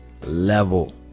level